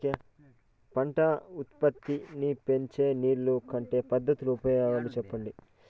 పంట ఉత్పత్తి నీ పెంచే నీళ్లు కట్టే పద్ధతుల ఉపయోగాలు చెప్పండి?